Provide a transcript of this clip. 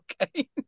Okay